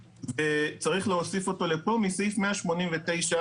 וצריך להוסיף אותו לפה מסעיף 189(ב).